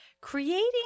Creating